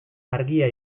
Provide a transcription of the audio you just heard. argia